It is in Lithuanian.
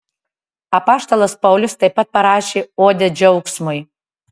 apaštalas paulius taip pat parašė odę džiaugsmui